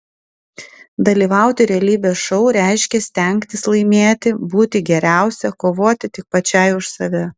dalyvauti realybės šou reiškia stengtis laimėti būti geriausia kovoti tik pačiai už save